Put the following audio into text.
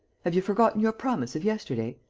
have you forgotten your promise of yesterday?